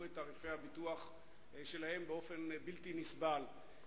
את תעריפי הביטוח שלהם באופן בלתי נסבל.